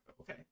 Okay